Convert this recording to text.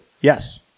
Yes